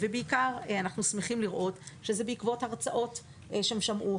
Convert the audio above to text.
אנחנו שמחים לראות שזה בעיקר בעקבות הרצאות שהם שמעו,